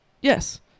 yes